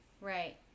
right